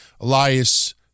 Elias